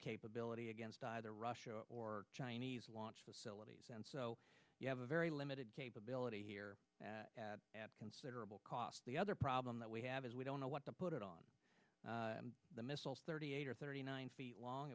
capability against either russia or chinese launch facilities and so you have a very limited capability here at considerable cost the other problem that we have is we don't know what the put it on the missiles thirty eight or thirty nine feet long